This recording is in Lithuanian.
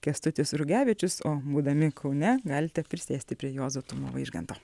kęstutis rugevičius o būdami kaune galite prisėsti prie juozo tumo vaižganto